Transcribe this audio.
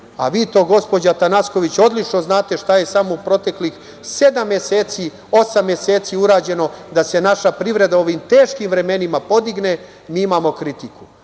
a vi to gospođo Atanasković odlično znate šta je samo u proteklih osam meseci urađeno da se naša privreda u ovim teškim vremenima podigne, mi imamo kritiku.